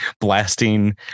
blasting